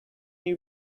you